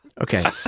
Okay